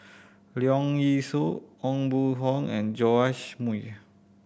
Leong Yee Soo Aw Boon Haw and Joash Moo